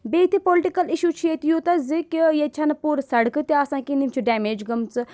بیٚیہِ تہِ political issue چھِ ییٚتہِ یوٗتاہ زِ کہِ ییٚتہِ چھَنہٕ پوٗرٕ سڑکہٕ تہِ آسان کِہیٖنۍ یِم چھِ ڈیمیج گٔمژٕ